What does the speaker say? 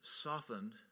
softened